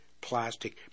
plastic